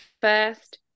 first